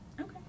okay